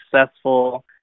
successful